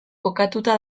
kokatuta